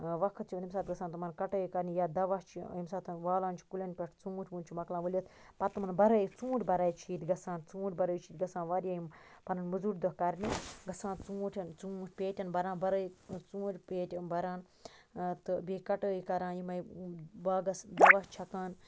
وَقت چھُ یِوان ییٚمہِ ساتہٕ گَژھان تِمَن کَٹٲے کَرنہِ یا دَوا چھُ ییٚمہِ ساتہٕ والان چھِ کُلیٚن پیٚٹھ ژوٗنٹۍ ووٗنٹۍ چھِ موٚکلان وٲلِتھ پَتہٕ تِمَن بَرٲے ژوٗنٹۍ بَرٲے چھِ ییٚتہِ گَژھان ژوٗنٹۍ بَرٲے چھِ گَژھان واریاہ یم پَنُن مٔزور دۄہ کَرنہِ گَژھان ژوٗنٹیٚن ژوٗنٹۍ پیٚٹٮ۪ن بَران بَرٲے ژوٗنٹۍ پیٚٹہِ بَران تہٕ بیٚیہِ کَٹٲے کَران یِمَے باغَس دَوا چھَکان